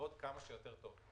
לעבוד כמה שיותר טוב.